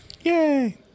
Yay